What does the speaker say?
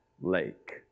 lake